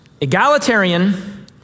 egalitarian